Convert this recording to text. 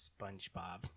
SpongeBob